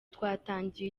twatangiye